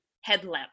headlamp